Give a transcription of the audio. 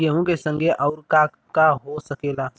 गेहूँ के संगे आऊर का का हो सकेला?